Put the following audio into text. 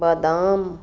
ਬਦਾਮ